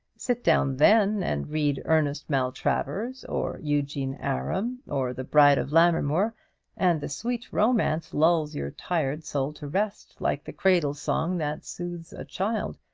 sit down then and read ernest maltravers or eugene aram or the bride of lammermoor and the sweet romance lulls your tired soul to rest, like the cradle-song that soothes a child.